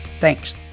Thanks